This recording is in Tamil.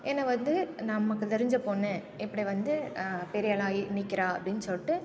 என்னை வந்து நமக்கு தெரிஞ்ச பொண்ணு இப்படி வந்து பெரியாளாக ஆகி நிற்கிறா அப்படின்னு சொல்லிட்டு